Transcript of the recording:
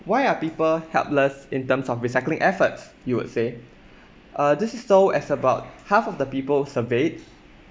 why are people helpless in terms of recycling efforts you would say uh this is so as about half of the people surveyed